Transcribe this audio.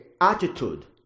attitude